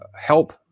help